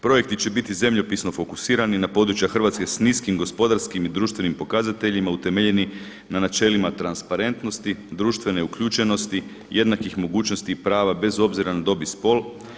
Projekti će biti zemljopisno fokusirani na područja Hrvatske s niskim gospodarskim i društvenim pokazateljima utemeljeni na načelima transparentnosti, društvene uključenosti, jednakih mogućnosti i prava bez obzira na dob i spol.